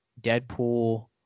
Deadpool